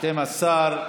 12,